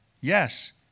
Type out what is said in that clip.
Yes